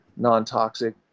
non-toxic